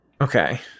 Okay